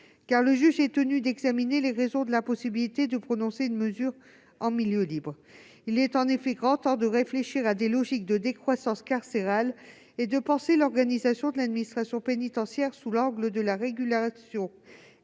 car le juge est tenu d'examiner les raisons de l'impossibilité de prononcer une mesure en milieu libre. Il est en effet grand temps de réfléchir à des logiques de décroissance carcérale et de penser l'organisation de l'administration pénitentiaire sous l'angle de la régulation